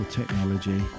technology